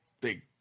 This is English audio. big